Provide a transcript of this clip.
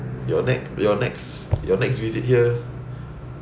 your ne~ your next your next visit here